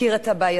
מכיר את הבעייתיות,